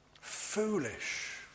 foolish